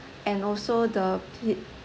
and also the piz~